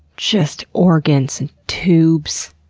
just organs and tubes.